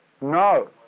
No